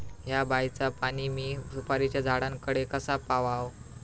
हया बायचा पाणी मी सुपारीच्या झाडान कडे कसा पावाव?